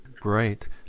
Great